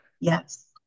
Yes